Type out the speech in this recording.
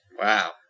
Wow